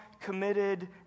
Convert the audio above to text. committed